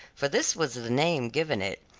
for this was the name given it,